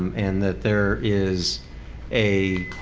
and that there is a